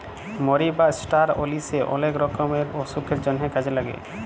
মরি বা ষ্টার অলিশে অলেক ধরলের অসুখের জন্হে কাজে লাগে